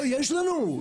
יש לנו.